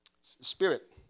Spirit